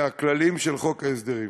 מהכללים של חוק ההסדרים.